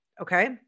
okay